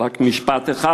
רק משפט אחד.